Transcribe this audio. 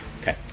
Okay